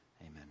Amen